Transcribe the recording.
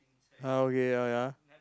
ah okay ya ya